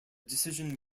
decision